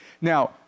Now